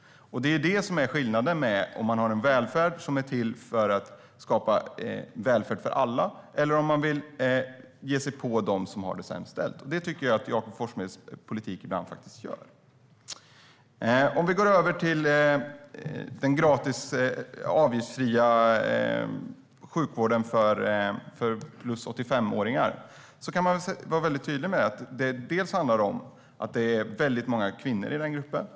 Det är skillnaden mellan en välfärd som är till för alla eller om man vill ge sig på dem som har det sämst ställt. Det tycker jag att Jakob Forssmeds politik gör ibland. När det gäller den avgiftsfria sjukvården för plus 85-åringar vill jag vara tydlig med att det är många kvinnor i den gruppen.